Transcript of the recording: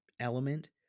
element